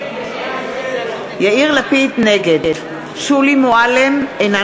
נגד שולי מועלם-רפאלי,